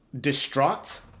distraught